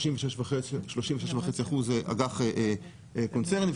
36.5% אג"ח קונצרני,